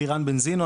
שמי אלירן בן זינו,